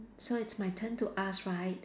so it's my turn to ask right